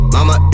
Mama